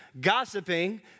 gossiping